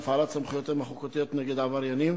מהפעלת סמכויותיהם החוקיות נגד עבריינים